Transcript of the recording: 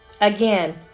again